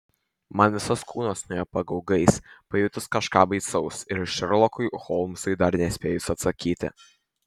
man visas kūnas nuėjo pagaugais pajutus kažką baisaus ir šerlokui holmsui dar nespėjus atsakyti